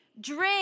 drink